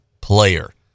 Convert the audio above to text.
player